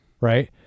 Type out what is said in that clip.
Right